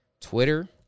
Twitter